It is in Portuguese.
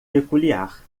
peculiar